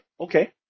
Okay